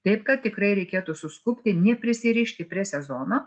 taip kad tikrai reikėtų suskubti neprisirišti prie sezono